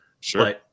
sure